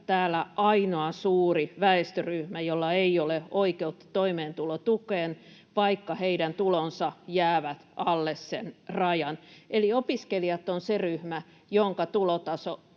meillä ainoa suuri väestöryhmä, jolla ei ole oikeutta toimeentulotukeen, vaikka heidän tulonsa jäävät alle sen rajan. Eli opiskelijat ovat se ryhmä, jonka tulotaso